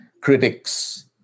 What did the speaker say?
critics